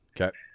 Okay